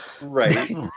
Right